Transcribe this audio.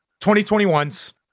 2021's